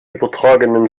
übertragenem